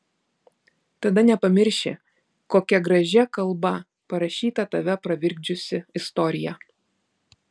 tada nepamirši kokia gražia kalba parašyta tave pravirkdžiusi istorija